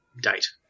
date